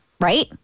right